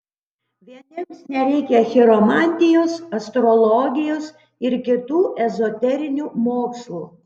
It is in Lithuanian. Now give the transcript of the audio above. vieniems nereikia chiromantijos astrologijos ir kitų ezoterinių mokslų